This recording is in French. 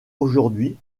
aujourd’hui